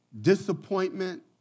disappointment